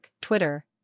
Twitter